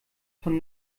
von